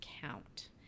count